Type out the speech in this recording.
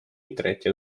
interneti